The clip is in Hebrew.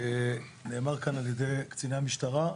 נאמר כאן על ידי קציני המשטרה.